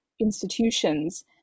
institutions